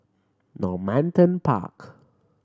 Normanton Park